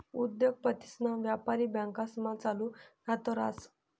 उद्योगपतीसन व्यापारी बँकास्मा चालू खात रास